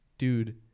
Dude